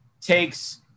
takes